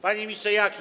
Panie Ministrze Jaki!